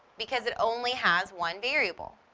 because it only has one variable.